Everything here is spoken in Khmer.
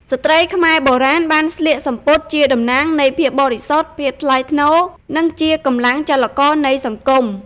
ស្ត្រីខ្មែរបុរាណបានស្លៀកសំពត់ជាតំណាងនៃភាពបរិសុទ្ធ ភាពថ្លៃថ្នូរ និងជាកម្លាំងចលករនៃសង្គម។